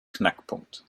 knackpunkt